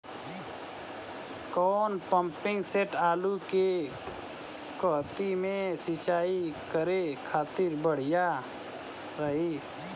कौन pumping set आलू के कहती मे सिचाई करे खातिर बढ़िया रही?